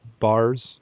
bars